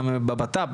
גם בבט"פ,